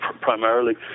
primarily